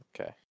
Okay